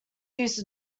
use